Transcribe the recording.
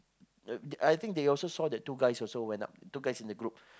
I think they also saw the two guys also went up two guys in the group